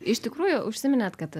iš tikrųjų užsiminėt kad